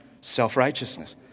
Self-righteousness